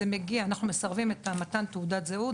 אנחנו מסרבים למתן תעודת הזהות,